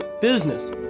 business